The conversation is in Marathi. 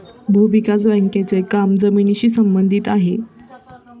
भूविकास बँकेचे काम जमिनीशी संबंधित आहे